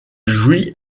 jouit